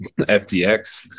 FTX